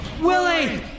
Willie